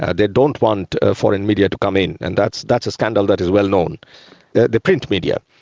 and they don't want foreign media to come in and that's that's a scandal that is well known the print media.